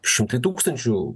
šimtai tūkstančių